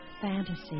Fantasy